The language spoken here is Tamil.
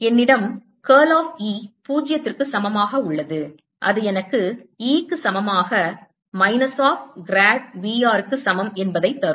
என்னிடம் curl of E 0 க்கு சமமாக உள்ளது அது எனக்கு E க்கு சமமாக minus of grad V r க்கு சமம் என்பதை தரும்